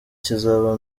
kizaba